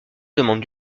demande